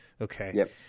Okay